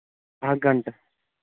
اکھ گنٛٹہٕ